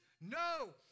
No